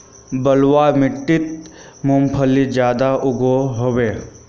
बलवाह माटित मूंगफली ज्यादा उगो होबे?